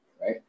right